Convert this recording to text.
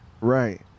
Right